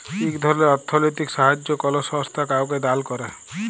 ইক ধরলের অথ্থলৈতিক সাহাইয্য কল সংস্থা কাউকে দাল ক্যরে